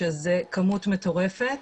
שזאת כמות מטורפת,